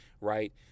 right